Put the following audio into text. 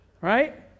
right